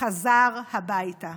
חזר הביתה,